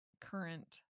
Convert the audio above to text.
current